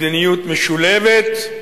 מדיניות משולבת,